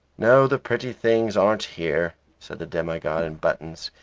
no, the pretty things aren't here, said the demi-god in buttons,